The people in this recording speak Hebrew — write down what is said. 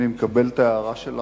אני מקבל את ההערה שלך,